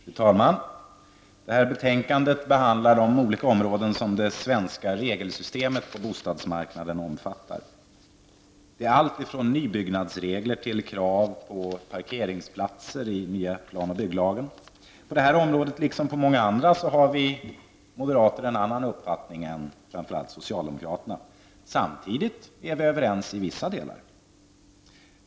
Fru talman! I detta betänkande behandlas de olika områden som det svenska regelsystemet på bostadsmarknaden omfattar. Det är allt från nybyggnadsregler till krav på parkeringsplatser i den nya plan och bygglagen. På detta område, liksom på många områden, har moderaterna en annan uppfattning än framför allt socialdemokraterna. Samtidigt är vi överens i vissa delar. Fru talman!